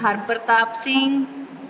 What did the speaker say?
Harpratap Singh